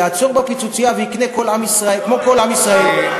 יעצור בפיצוצייה ויקנה כמו כל עם ישראל,